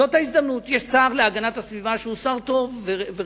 וזאת ההזדמנות: יש שר להגנת הסביבה שהוא שר טוב ורציני,